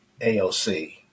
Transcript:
AOC